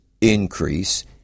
increase